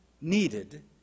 needed